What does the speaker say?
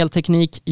Teknik